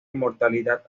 inmortalidad